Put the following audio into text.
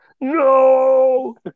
no